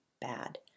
bad